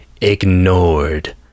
ignored